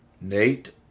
Nate